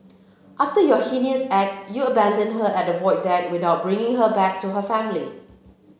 after your heinous act you abandoned her at the Void Deck without bringing her back to her family